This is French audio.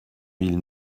mille